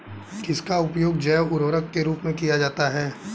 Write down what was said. किसका उपयोग जैव उर्वरक के रूप में किया जाता है?